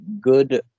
good